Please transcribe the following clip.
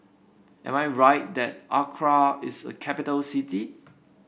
am I right that Accra is a capital city